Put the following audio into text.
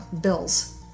bills